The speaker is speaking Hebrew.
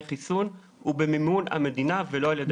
חיסון הוא במימון המדינה ולא על ידי הקופות.